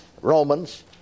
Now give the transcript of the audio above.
Romans